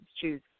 choose